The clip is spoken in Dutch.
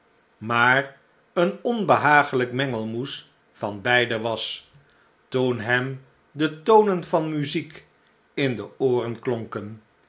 maar een onbehaaglijk mengelmoes van beide was toen hem de tonen van muziek in de ooren klonken